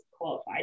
qualified